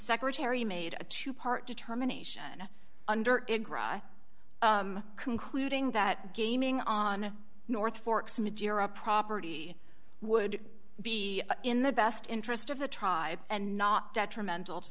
secretary made a two part determination under it gra concluding that gaming on north fork's madeira property would be in the best interest of the tribe and not detrimental to